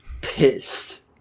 pissed